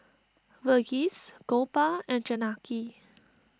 Verghese Gopal and Janaki